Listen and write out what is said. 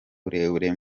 burere